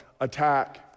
attack